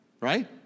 Right